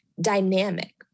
dynamic